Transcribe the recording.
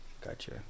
gotcha